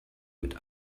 mit